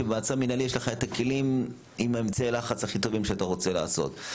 שבמעצר מינהלי יש לך את הכלים עם אמצעי לחץ הכי טובים שאתה רוצה לעשות,